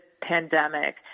pandemic